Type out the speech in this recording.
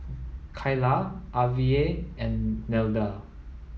Kyla Avie and Nelda